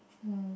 mm